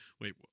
wait